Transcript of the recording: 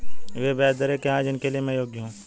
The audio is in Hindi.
वे ब्याज दरें क्या हैं जिनके लिए मैं योग्य हूँ?